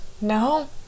No